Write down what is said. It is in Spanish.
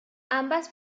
ambas